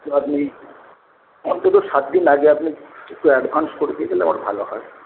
তো আপনি অন্তত সাতদিন আগে আপনি কিছু অ্যাডভান্স করে দিয়ে গেলে আমার ভালো হয়